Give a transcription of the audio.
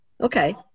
Okay